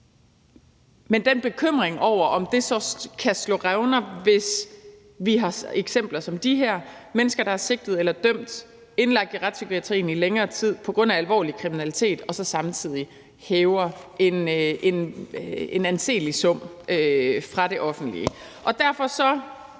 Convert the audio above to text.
Men den bekymring over, om det så kan slå revner, hvis vi har eksempler som de her med mennesker, der er sigtet eller dømt, indlagt i retspsykiatrien i længere tid på grund af alvorlig kriminalitet og så samtidig hæver en anselig sum fra det offentlige. Derfor skal